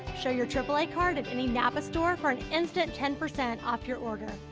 show your triple a card at any napa store for an instant ten percent off your order.